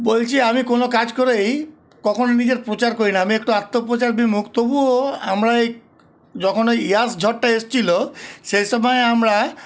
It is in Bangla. বলছি আমি কোনো কাজ করেই কখনও নিজের প্রচার করি না আমি একটু আত্মপ্রচার বিমুখ তবুও আমরা এই যখন এই ইয়াস ঝড়টা এসছিল সেই সময় আমরা